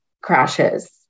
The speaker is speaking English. crashes